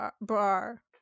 bar